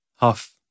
half